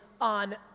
on